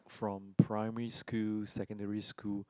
from primary school secondary school